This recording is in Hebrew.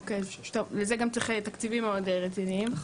אוקיי, לזה גם צריך תקציבים די רציניים.